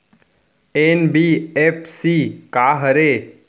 NBFC का हरे?